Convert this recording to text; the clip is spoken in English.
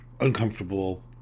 uncomfortable